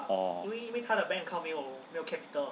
oh